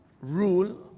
rule